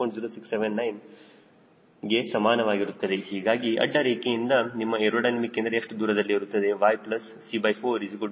0697ಗೆ ಸಮಾನವಾಗಿರುತ್ತದೆ ಹೀಗಾಗಿ ಅಡ್ಡ ರೇಖೆಯಿಂದ ನಿಮ್ಮ ಏರೋಡೈನಮಿಕ್ ಕೇಂದ್ರ ಎಷ್ಟು ದೂರದಲ್ಲಿ ಇರುತ್ತದೆ yC40